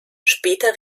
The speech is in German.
später